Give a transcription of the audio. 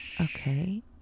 Okay